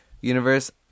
universe